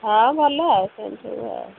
ହଁ ଭଲ ଆଉ ସେମିତି ସବୁ ଆଉ